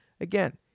Again